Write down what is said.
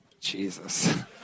Jesus